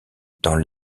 dans